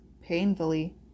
painfully